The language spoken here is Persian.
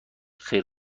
خیر